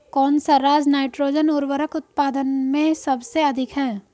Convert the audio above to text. कौन सा राज नाइट्रोजन उर्वरक उत्पादन में सबसे अधिक है?